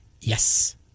Yes